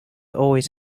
always